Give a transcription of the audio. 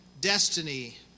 destiny